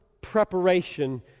preparation